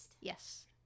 Yes